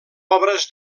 obres